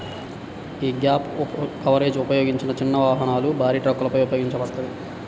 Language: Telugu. యీ గ్యాప్ కవరేజ్ ఉపయోగించిన చిన్న వాహనాలు, భారీ ట్రక్కులపై ఉపయోగించబడతది